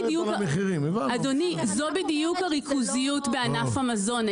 אדוני זו בדיוק הריכוזיות בענף המזון.